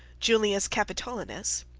julius capitolinus,